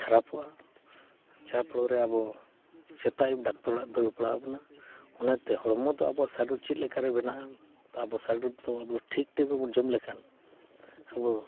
ᱠᱷᱟᱨᱟᱯᱚᱜᱼᱟ ᱡᱟᱦᱟᱸ ᱯᱷᱳᱲᱳ ᱨᱮ ᱟᱵᱚ ᱥᱮᱛᱟᱜ ᱟᱹᱭᱩᱵ ᱰᱟᱠᱛᱚᱨ ᱚᱲᱟᱜ ᱫᱟᱹᱲ ᱯᱟᱲᱟᱣ ᱵᱚᱱᱟ ᱚᱱᱟᱛᱮ ᱦᱚᱲᱢᱚ ᱫᱚ ᱟᱵᱚ ᱥᱚᱨᱤᱨ ᱪᱮᱫ ᱞᱮᱠᱟᱨᱮ ᱵᱮᱱᱟᱜᱼᱟ ᱟᱵᱚ ᱥᱚᱨᱤᱨ ᱫᱚ ᱴᱷᱤᱠ ᱴᱟᱭᱤᱢ ᱨᱮ ᱵᱟᱵᱚᱱ ᱡᱚᱢ ᱞᱮᱠᱷᱟᱱ ᱟᱵᱚ